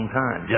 time